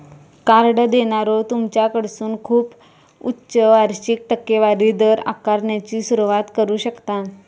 card देणारो तुमच्याकडसून खूप उच्च वार्षिक टक्केवारी दर आकारण्याची सुरुवात करू शकता